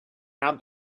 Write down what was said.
proud